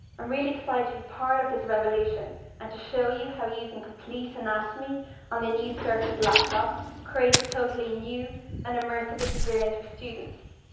i'm real excited to be part this revolution and to show you how using complete anatomy on the new surface laptop creates a totally new and immersive experience for students.